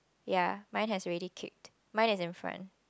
ya mine has already kicked mine is in front